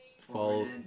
fall